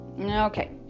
Okay